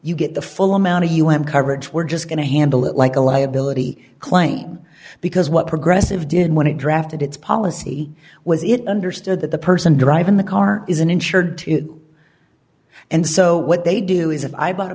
you get the full amount of un coverage we're just going to handle it like a liability claim because what progressive did when it drafted its policy was it understood that the person driving the car isn't insured too and so what they do is have i bought a